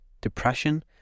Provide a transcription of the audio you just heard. depression